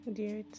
dear